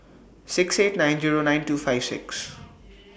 six eight nine Zero nine two five six